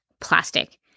plastic